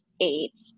eight